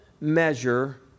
measure